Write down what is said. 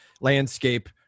landscape